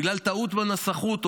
בגלל טעות בנסחות,